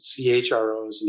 CHROs